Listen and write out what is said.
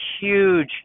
huge